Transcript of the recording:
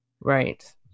Right